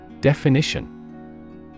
Definition